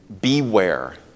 beware